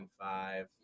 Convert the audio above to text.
five